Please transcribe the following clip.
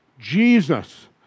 Jesus